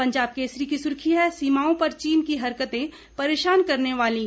पंजाब केसरी की सुर्खी है सीमाओं पर चीन की हरकतें परेशान करने वालीं